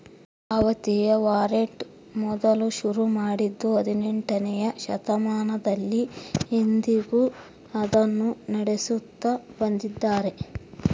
ಪಾವತಿಯ ವಾರಂಟ್ ಮೊದಲು ಶುರು ಮಾಡಿದ್ದೂ ಹದಿನೆಂಟನೆಯ ಶತಮಾನದಲ್ಲಿ, ಇಂದಿಗೂ ಅದನ್ನು ನಡೆಸುತ್ತ ಬಂದಿದ್ದಾರೆ